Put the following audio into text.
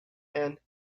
and